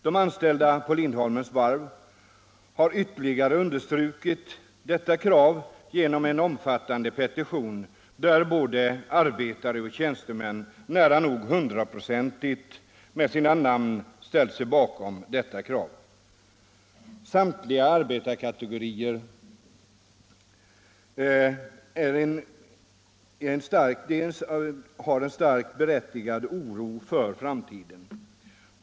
De anställda på Lindholmens varv har ytterligare understrukit detta genom en omfattande petition där både arbetare och tjänstemän nära nog hundraprocentigt med sina namn ställt sig bakom kravet. Samtliga arbetarkategorier hyser en stark och berättigad oro för framtiden.